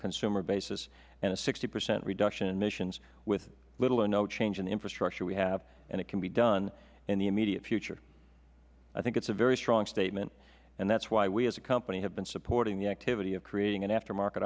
consumer basis and a sixty percent reduction in emissions with little or no change in the infrastructure we have and it can be done in the immediate future i think it is a very strong statement and that is why we as a company have been supporting the activity of creating an after market